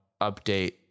update